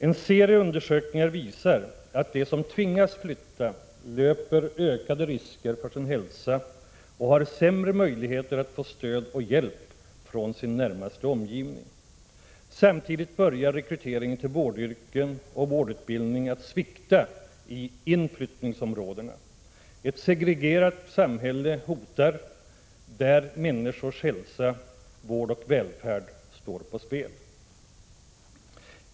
En serie undersökningar visar att för dem som tvingas flytta ökar riskerna för hälsan och försämras möjligheterna att få stöd och hjälp från den närmaste omgivningen. Samtidigt börjar rekryteringen till vårdyrken och vårdutbild 2” ning att svikta i inflyttningsområdena. Ett segregerat samhälle hotar, där människors hälsa, vård och välfärd står på spel.